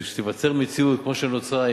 שתיווצר מציאות כמו שנוצרה,